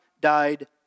died